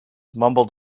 mumbled